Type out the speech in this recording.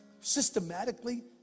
systematically